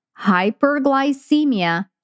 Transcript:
hyperglycemia